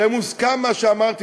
מה שאמרתי,